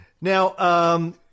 Now